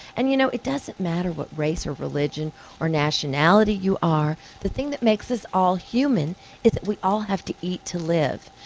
and you know it doesn't matter what race, religion or nationality you are, the thing that makes us all human is we all have to eat to live.